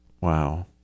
Wow